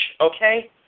okay